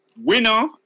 Winner